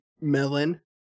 melon